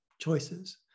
choices